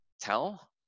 tell